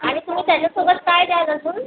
आणि तुम्ही त्याच्यासोबत काय द्याल अजून